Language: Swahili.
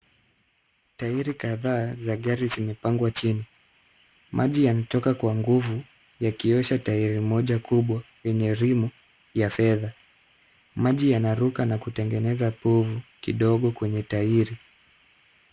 Tairi kadha za gari zimepangwa chini, maji yanatoka kwa nguvu yakiosha tairi moja kubwa yenye rimu ya fedha. Maji yanaruka na kutengeneza pofu kidogo kwenye tairi.